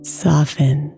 soften